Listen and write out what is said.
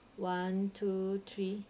one two three